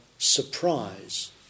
Surprise